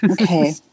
Okay